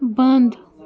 بنٛد